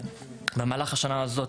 במהלך השנה הזאת,